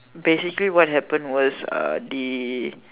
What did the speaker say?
basically what happened was uh the